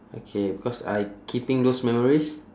okay because I keeping those memories